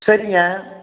சரிங்க